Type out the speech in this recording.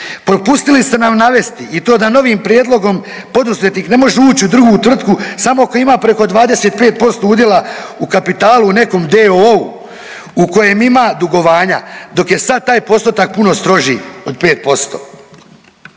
Propustili ste nam navesti i to da novim prijedlogom poduzetnik ne može ući u drugu tvrtku samo ako ima preko 25% udjela u kapitalu u nekom d.o.o. u kojem ima dugovanja dok je sad taj postotak puno stroži od 5%.